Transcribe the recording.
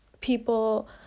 people